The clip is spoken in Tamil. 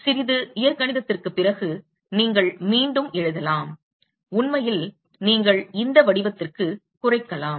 சிறிது இயற்கணிதத்திற்குப் பிறகு நீங்கள் மீண்டும் எழுதலாம் உண்மையில் நீங்கள் இந்த வடிவத்திற்கு குறைக்கலாம்